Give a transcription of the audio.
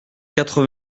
quatre